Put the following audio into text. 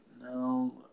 No